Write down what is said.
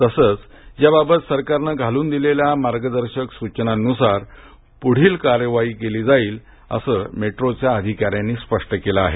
तसच याबाबत सरकारने घालून दिलेल्या मार्गदर्शक सूचनांनुसार पुढील करवाई केली जाईल असं मेट्रोच्या अधिकाऱ्यांनी स्पष्ट केलं आहे